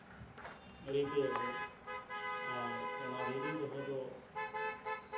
ᱨᱤᱠᱟᱹᱭᱟᱠᱚ ᱟᱨ ᱚᱱᱟ ᱫᱷᱤᱨᱤ ᱫᱚᱦᱚ ᱫᱚ